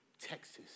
Texas